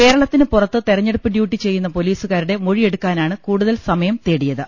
കേരളത്തിന് പുറത്ത് തെര ഞ്ഞെടുപ്പ് ഡ്യൂട്ടി ചെയ്യുന്ന പൊലീസുകാരുടെ മൊഴിയെടുക്കാ നാണ് കൂടുതൽ സമയം തേടിയത്